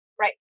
right